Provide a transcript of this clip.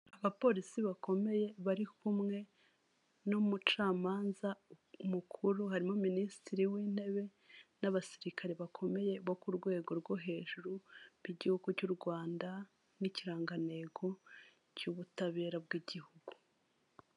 Abapolisi bakomeye bari kumwe n'umucamanza mukuru harimo minisitiri w'intebe n'abasirikare bakomeye bo ku rwego rwo hejuru rw'igihugu cy'u rwanda n'ikirangantego cy'ubutabera bw'igihugu.